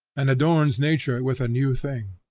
and adorns nature with a new thing.